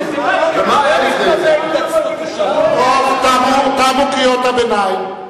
כמו, תמו קריאות הביניים.